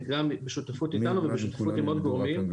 גם בשותפות איתנו ובשותפות עם עוד גורמים.